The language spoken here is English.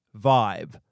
vibe